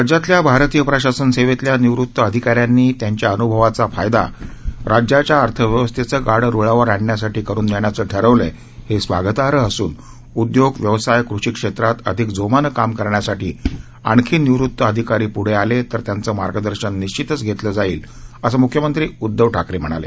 राज्यातल्या भारतीय प्रशासन सेवेतल्या निवृत अधिकाऱ्यांनी त्यांच्या अन्भवाचा फायदा राज्याच्या अर्थव्यवस्थेचं गाडं रुळावर आणण्यासाठी करून देण्याचं ठरवलय हे स्वागतार्ह असून उद्योग व्यवसाय कृषी क्षेत्रात अधिक जोमानं काम करण्यासाठी आणखी निवृत्त अधिकारी प्ढं आले तर त्यांचं मार्गदर्शन निश्चितच घेतलं जाईल असं मुख्यमंत्री उदधव ठाकरे म्हणाले